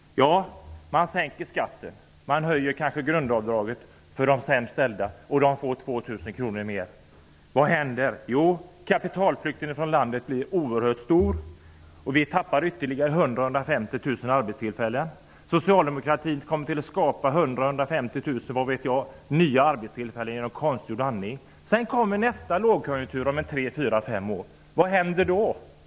Man sänker skatten och höjer kanske grundavdraget för de sämst ställda, som får 2 000 kr mer. Vad händer? Jo, kapitalflykten från landet blir oerhört stor. Vi förlorar ytterligare 100 000--150 000 arbetstillfällen. Socialdemokratin kommer kanske att skapa 100 000--150 000 -- vad vet jag? -- nya arbetstillfällen genom konstgjord andning. Om en tre, fyra, fem år kommer nästa lågkonjunktur. Vad händer då?